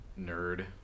nerd